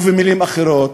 ובמילים אחרות,